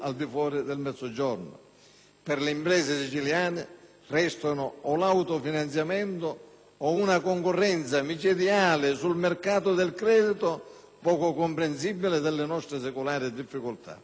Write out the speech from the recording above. Per le imprese siciliane restano o l'autofinanziamento o una concorrenza micidiale su un mercato del credito poco comprensivo delle nostre secolari difficoltà. È tutto perduto?